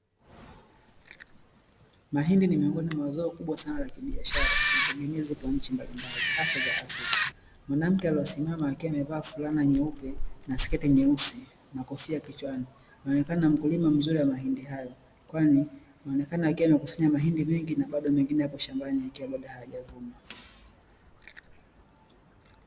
Mahindi ni miongoni mwa mazao kubwa sana la kibiashara, na tegemezi kwa nchi mbalimbali hasa za Afrika. Mwanamke aliyesimama akiwa amevaa fulana nyeupe na sketi nyeusi na kofia kichwani, anaonekana mkulima mzuri wa mahindi hayo, kwani ameonekana akiwa amekusanya mahindi mengi, na bado mengine yakiwa yapo shambani yakiwa bado hayajavunwa.